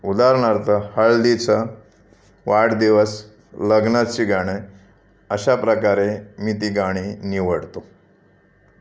उदाहरणार्थ हळदीचं वाढदिवस लग्नाची गाणे अशा प्रकारे मी ती गाणी निवडतो